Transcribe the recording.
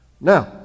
Now